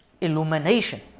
illumination